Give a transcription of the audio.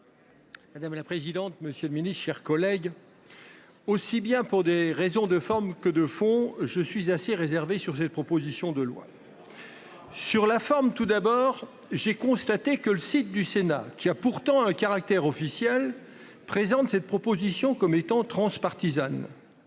Madame la présidente. Monsieur le Ministre, chers collègues. Aussi bien pour des raisons de forme que de fond. Je suis assez réservé sur cette proposition de loi. Sur la forme, tout d'abord, j'ai constaté que le site du Sénat qui a pourtant un caractère officiel présente cette proposition comme étant transpartisane.